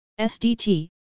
SDT